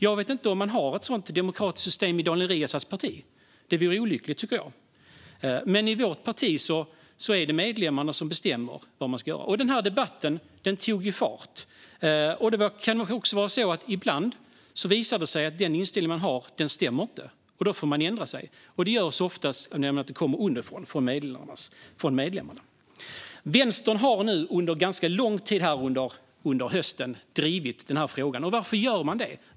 Det kanske inte finns ett sådant demokratiskt system i Daniel Riazats parti - det vore olyckligt, tycker jag. Men i vårt parti är det medlemmarna som bestämmer vad man ska göra. Denna debatt tog fart, och det kan kanske vara så att det ibland visar sig att den inställning man har inte stämmer. Då får man ändra sig. Detta kommer oftast underifrån, från medlemmarna. Vänstern har under ganska lång tid denna höst drivit den här frågan. Varför gör man det?